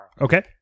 Okay